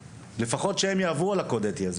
שהם לפחות יעברו על הקוד האתי הזה.